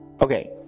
Okay